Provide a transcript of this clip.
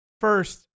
first